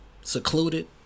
Secluded